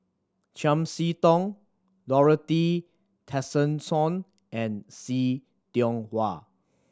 Chiam See Tong Dorothy Tessensohn and See Tiong Wah